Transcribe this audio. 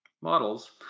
models